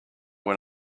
when